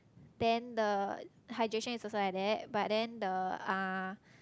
then the hydration is also like that but then the uh